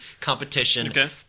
competition